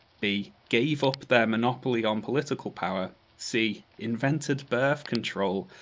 b. gave up their monopoly on political power. c. invented birth control.